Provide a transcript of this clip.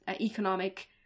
economic